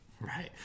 Right